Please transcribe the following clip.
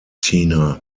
tina